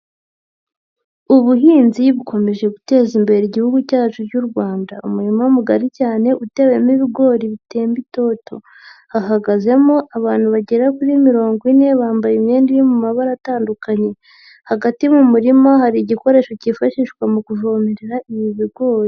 Ubuhinzi bukomeje guteza imbere Igihugu cyacu cy'u Rwanda, umurima mugari cyane uteyemo ibigori bitemba itoto, hahagazemo abantu bagera muri mirongo ine bambaye imyenda iri mu mabara atandukanye, hagati mu murima hari igikoresho cyifashishwa mu kuvomerera ibi bigori.